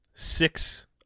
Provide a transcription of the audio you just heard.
Six